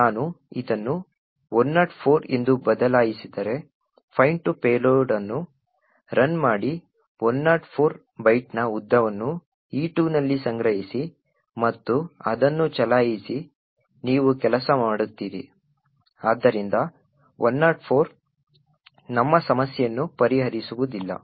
ನಾನು ಇದನ್ನು 104 ಎಂದು ಬದಲಾಯಿಸಿದರೆ find2payload ಅನ್ನು ರನ್ ಮಾಡಿ 104 ಬೈಟ್ನ ಉದ್ದವನ್ನು E2 ನಲ್ಲಿ ಸಂಗ್ರಹಿಸಿ ಮತ್ತು ಅದನ್ನು ಚಲಾಯಿಸಿ ನೀವು ಕೆಲಸ ಮಾಡುತ್ತೀರಿ ಆದ್ದರಿಂದ 104 ನಮ್ಮ ಸಮಸ್ಯೆಯನ್ನು ಪರಿಹರಿಸುವುದಿಲ್ಲ